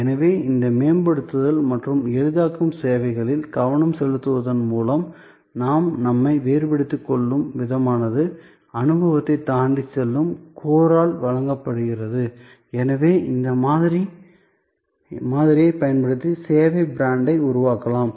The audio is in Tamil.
எனவே இந்த மேம்படுத்துதல் மற்றும் எளிதாக்கும் சேவைகளில் கவனம் செலுத்துவதன் மூலம் நாம் நம்மை வேறுபடுத்திக் கொள்ளும் விதமானது அனுபவத்தை தாண்டிச் செல்லும் கோர் ஆல் வழங்கப்படுகிறது எனவே இந்த மாதிரியைப் பயன்படுத்தி சேவை பிராண்டை உருவாக்கலாம்